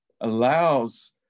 allows